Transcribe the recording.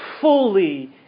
fully